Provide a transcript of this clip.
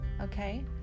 Okay